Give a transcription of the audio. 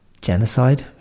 genocide